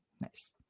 nice